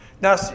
Now